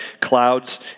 clouds